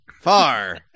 Far